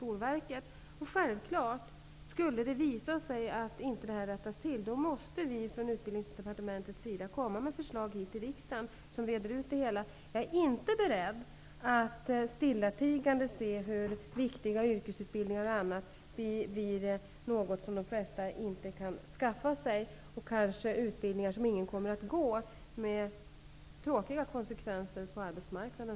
Om det skulle visa sig att det här inte rättas till, måste vi från Utbildningsdepartementets sida komma med förslag till riksdagen som reder ut det hela. Jag är inte beredd att stillatigande se att de flesta inte kan skaffa sig viktiga yrkesutbildningar. Om ingen kommmer att gå på vissa utbildningar får det tråkiga konsekvenser för arbetsmarknaden.